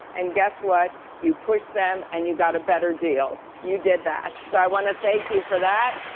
and guess what? you push them and you got a better deal. you did that. so i want to thank you for that.